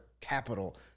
capital